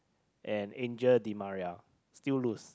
and Angel-i-Maria still lose